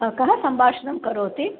कः सम्भाषणं करोति